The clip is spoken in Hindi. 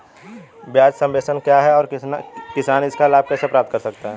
ब्याज सबवेंशन क्या है और किसान इसका लाभ कैसे प्राप्त कर सकता है?